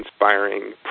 inspiring